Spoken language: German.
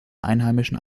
einheimischen